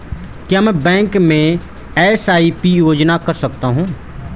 क्या मैं बैंक में एस.आई.पी योजना कर सकता हूँ?